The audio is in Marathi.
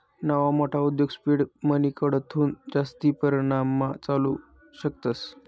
नवा मोठा उद्योग सीड मनीकडथून जास्ती परमाणमा चालावू शकतस